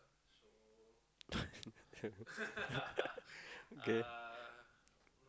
okay